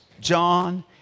John